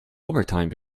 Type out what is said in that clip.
overtime